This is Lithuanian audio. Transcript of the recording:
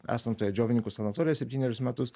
esant toje džiovininkų sanatorijoj septynerius metus